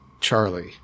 Charlie